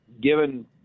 given